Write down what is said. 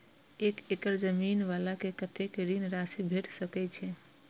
एक एकड़ जमीन वाला के कतेक ऋण राशि भेट सकै छै?